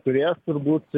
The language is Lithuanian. turės turbūt